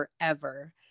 forever